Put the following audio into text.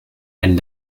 and